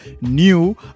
new